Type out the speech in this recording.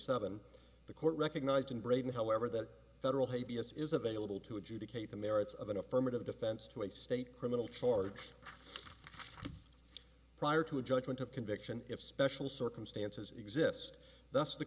seven the court recognized in braydon however that federal hate b s is available to adjudicate the merits of an affirmative defense to a state criminal charges prior to a judgment of conviction if special circumstances exist thus the